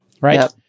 right